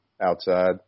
outside